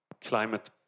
climate